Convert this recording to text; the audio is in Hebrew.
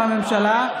מטעם הממשלה,